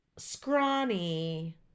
scrawny